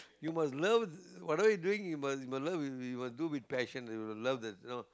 you must love what are you doing you must love with with must do with passion you must love the you know